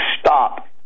stop